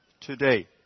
today